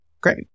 great